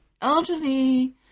elderly